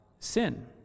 sin